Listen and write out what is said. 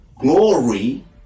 glory